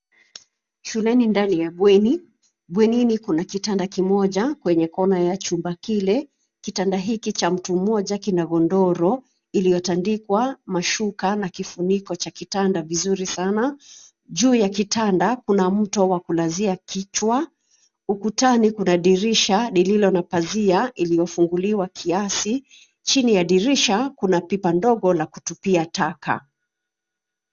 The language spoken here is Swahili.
Shuleni ndani ya bweni, bwenini kuna kitanda kimoja kwenye kona ya chumba kile, kitanda hiki cha mtu mmoja kina godoro iliyotandikwa mashuka na kifuniko cha kitanda vizuri sana, juu ya kitanda kuna mto wa kulazia kichwa, ukutani kuna dirisha lililo na pazia iliyo funguliwa kiasi. Chini ya dirisha kuna pipa ndogo la kutupia taka.